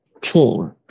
team